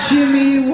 Jimmy